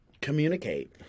Communicate